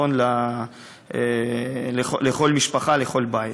החיסכון הוא לכל משפחה, לכל בית.